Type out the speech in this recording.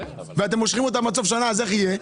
ואתם מושכים אותם עד סוף שנה, אז איך יהיה?